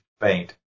faint